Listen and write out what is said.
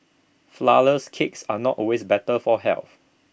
Flourless Cakes are not always better for health